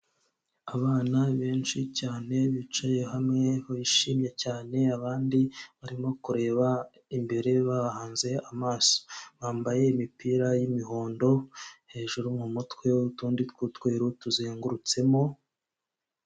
Abana benshi cyane bicaye hamwe bishimye cyane, abandi barimo kureba imbere bahahanze amaso, bambaye imipira y'imihondo hejuru mu mutwe, utundi tw'utweru tuzengurutsemo.